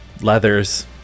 leathers